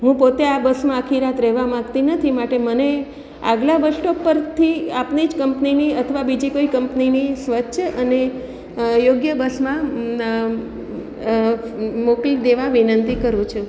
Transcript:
હુ પોતે આ બસમાં આખી રાત રહેવા માગતી નથી માટે મને આગલા બસ સ્ટોપ પરથી આપની જ કંપનીની અથવા બીજી કોઈ કંપનીની સ્વચ્છ અને યોગ્ય બસમાં મોકલી દેવા વિનંતી કરું છું